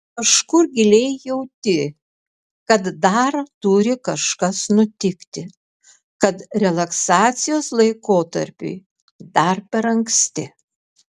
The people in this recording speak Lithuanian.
kažkur giliai jauti kad dar turi kažkas nutikti kad relaksacijos laikotarpiui dar per anksti